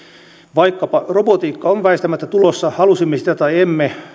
vaikkapa robotiikka on väistämättä tulossa halusimme sitä tai emme